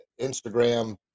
Instagram